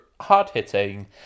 hard-hitting